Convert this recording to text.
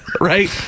right